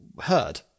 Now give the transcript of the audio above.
heard